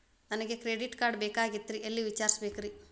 ನನಗೆ credit card ಬೇಕಾಗಿತ್ರಿ ಎಲ್ಲಿ ವಿಚಾರಿಸಬೇಕ್ರಿ?